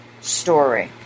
story